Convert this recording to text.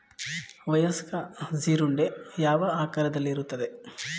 ವಯಸ್ಕ ಜೀರುಂಡೆ ಯಾವ ಆಕಾರದಲ್ಲಿರುತ್ತದೆ?